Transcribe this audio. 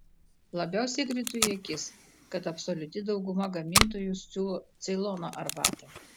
labiausiai krito į akis kad absoliuti dauguma gamintojų siūlo ceilono arbatą